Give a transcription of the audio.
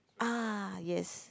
ah yes